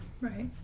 Right